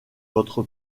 votre